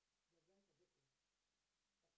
the rest of it is talk